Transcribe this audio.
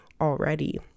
already